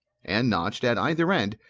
and notched at either end,